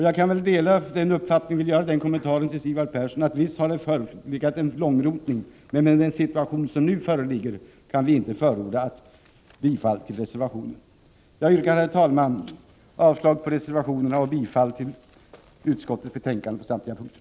Jag vill göra den kommentaren till Sigvard Persson, att visst har det förekommit en långrotning, men i den situation som nu föreligger kan jag inte förorda bifall till reservationen. Jag yrkar, herr talman, avslag på reservationerna och bifall till utskottets hemställan på samtliga punkter.